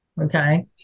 okay